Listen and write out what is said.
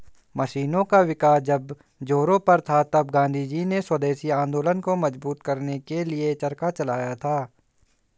मशीनों का विकास जब जोरों पर था तब गाँधीजी ने स्वदेशी आंदोलन को मजबूत करने के लिए चरखा चलाया था